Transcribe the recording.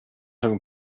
him